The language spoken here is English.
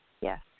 Yes